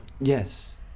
Yes